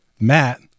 Matt